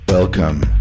Welcome